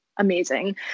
amazing